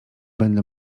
będę